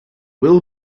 will